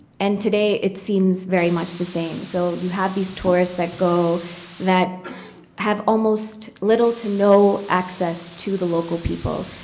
and today it seems very much the same. so you have these tourists that go that have almost little to no access to the local people.